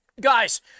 Guys